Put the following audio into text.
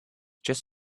just